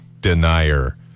denier